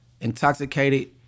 intoxicated